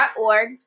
org